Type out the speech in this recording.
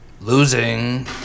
Losing